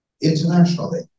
Internationally